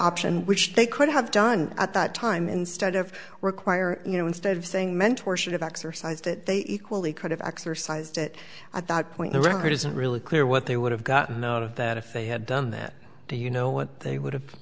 option which they could have done at that time instead of require you know instead of saying mentor should have exercised it they equally could have exercised it at that point there isn't really clear what they would have gotten out of that if they had done that do you know what they would have